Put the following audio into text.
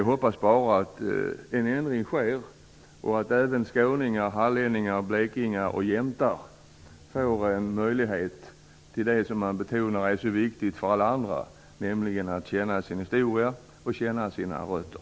Jag hoppas bara att en ändring sker och att även skåningar, hallänningar, blekingar och jämtar får en möjlighet till det som man betonar är så viktigt för alla andra, nämligen att känna sin historia och sina rötter.